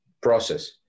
process